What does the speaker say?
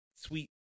sweet